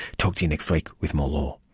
talk to you next week with more law